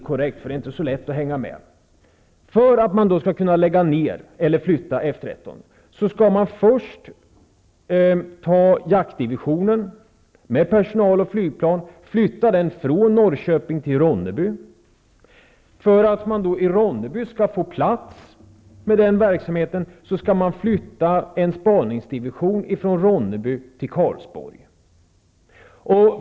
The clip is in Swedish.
För att kunna lägga ned eller flytta F 13 skall man först flytta jaktdivisionen med personal och flygplan från Norrköping till Ronneby. För att få plats med den verksamheten i Ronneby skall delar av spaningsdivisionen flyttas från Ronneby till Karlsborg.